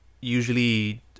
usually